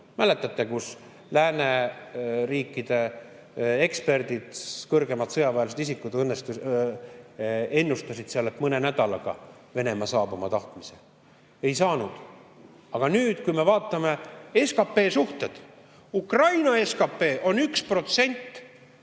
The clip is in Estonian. Mäletate, kui lääneriikide eksperdid, kõrgemad sõjaväelased, isikud ennustasid seal, et mõne nädalaga Venemaa saab oma tahtmise? Ei saanud! Aga nüüd, kui me vaatame SKP suhteid. Ukraina SKP on